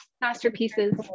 masterpieces